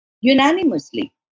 unanimously